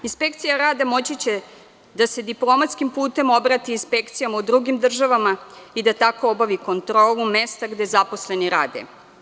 Inspekcija rada moći će da se diplomatskim putem obrati inspekcijama u drugim državama i da tako obavi kontrolu mesta gde zaposleni rade.